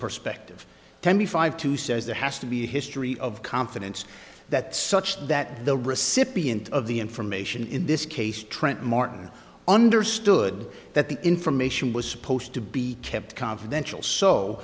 perspective twenty five to says there has to be a history of confidence that such that the recipient of the information in this case trent martin understood that the information was supposed to be kept confidential so